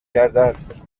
گردد